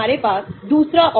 Taft आकार कारक याद है कि